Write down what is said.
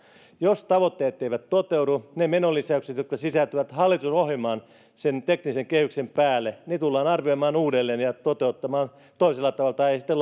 jos tavoitteet eivät toteudu ne menolisäykset jotka sisältyvät hallitusohjelmaan sen teknisen kehyksen päälle tullaan arvioimaan uudelleen ja toteuttamaan toisella tavalla tai ei sitten